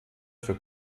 für